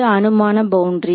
இது அனுமான பவுண்டரி